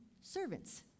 servants